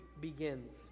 begins